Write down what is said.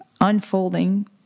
unfolding